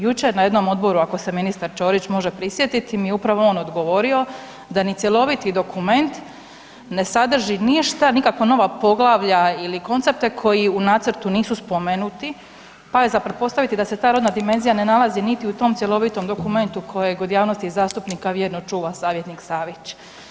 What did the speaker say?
Jučer na jednom odboru, ako se ministar Ćorić može prisjetiti mi je upravo on odgovorio da ni cjeloviti dokument ne sadrži ništa, nikakva nova poglavlja ili koncepte koji u nacrtu nisu spomenuti, pa je za pretpostaviti da se ta rodna dimenzija ne nalaziti niti u tom cjelovitom dokumenti kojeg od javnosti zastupnika vjerno čuva savjetnik Savić.